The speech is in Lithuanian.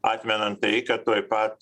atmenam tai kad tuoj pat